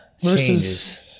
versus